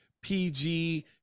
PG